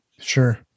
Sure